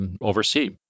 oversee